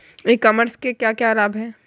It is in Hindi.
ई कॉमर्स के क्या क्या लाभ हैं?